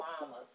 mamas